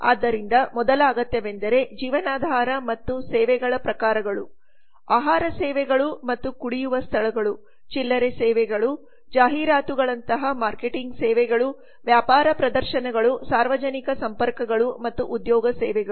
ಆದ್ದರಿಂದ ಮೊದಲ ಅಗತ್ಯವೆಂದರೆ ಜೀವನಾಧಾರ ಮತ್ತು ಸೇವೆಗಳ ಪ್ರಕಾರಗಳು ಆಹಾರ ಸೇವೆಗಳು ಮತ್ತು ಕುಡಿಯುವ ಸ್ಥಳಗಳು ಚಿಲ್ಲರೆ ಸೇವೆಗಳು ಜಾಹೀರಾತುಗಳಂತಹ ಮಾರ್ಕೆಟಿಂಗ್ ಸೇವೆಗಳು ವ್ಯಾಪಾರ ಪ್ರದರ್ಶನಗಳು ಸಾರ್ವಜನಿಕ ಸಂಪರ್ಕಗಳು ಮತ್ತು ಉದ್ಯೋಗ ಸೇವೆಗಳು